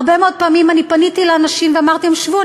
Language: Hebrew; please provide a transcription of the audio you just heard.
הרבה מאוד פעמים אני פניתי לאנשים ואמרתי: שבו,